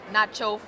Nacho